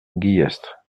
guillestre